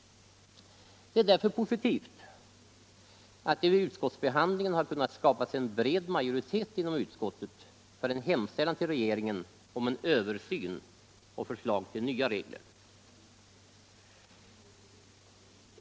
Det är därför positivt att det vid utskottsbehandlingen har kunnat skapas en bred majoritet inom utskottet för en hemställan till regeringen om en översyn och förslag till nya regler.